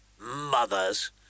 Mothers